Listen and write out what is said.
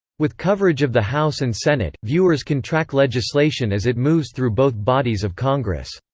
with coverage of the house and senate, viewers can track legislation as it moves through both bodies of congress.